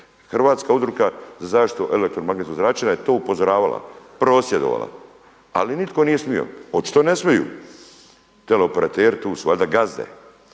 Hrvatska udruga za zaštitu elektromagnetskog zračenja je na to upozoravala, prosvjedovala, ali nitko nije smio, očito ne smiju. Teleoperateri tu su valjda gazde,